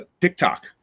TikTok